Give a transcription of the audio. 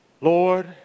Lord